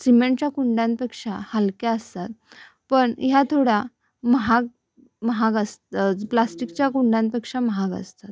सिमेंटच्या कुंड्यांपेक्षा हलक्या असतात पण ह्या थोडा महाग महाग अस प्लास्टिकच्या कुंड्यांपेक्षा महाग असतात